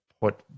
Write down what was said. put